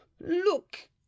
look